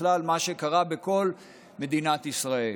בכלל ממה שקרה בכל מדינת ישראל.